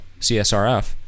CSRF